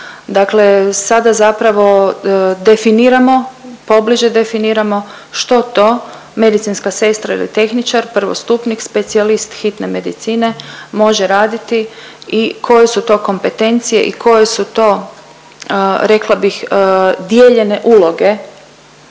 Dakle, sada zapravo definiramo, pobliže definiramo što to medicinska sestra ili tehničar prvostupnik specijalist hitne medicine može raditi i koje su to kompetencije i koje su to rekla bih dijeljene uloge